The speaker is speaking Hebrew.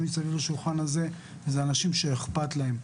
מסביב לשולחן הזה הם אנשים שאכפת להם,